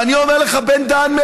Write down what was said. ואני אומר לך מראש,